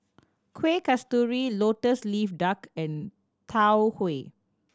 Kueh Kasturi Lotus Leaf Duck and Tau Huay